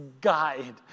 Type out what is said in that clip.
guide